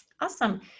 Awesome